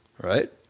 right